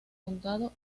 condado